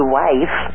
wife